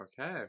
Okay